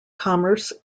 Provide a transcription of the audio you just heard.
commerce